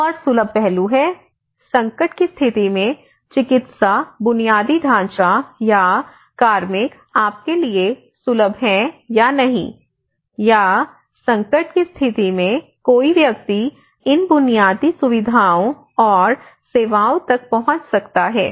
एक और सुलभ पहलू है संकट की स्थिति में चिकित्सा बुनियादी ढांचा या कार्मिक आपके लिए सुलभ हैं या नहीं या संकट की स्थिति में कोई व्यक्ति इन बुनियादी सुविधाओं और सेवाओं तक पहुंच सकता है